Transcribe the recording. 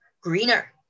greener